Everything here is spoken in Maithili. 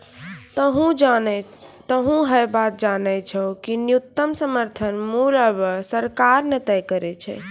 तोहों है बात जानै छौ कि न्यूनतम समर्थन मूल्य आबॅ सरकार न तय करै छै